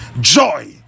Joy